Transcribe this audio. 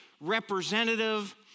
representative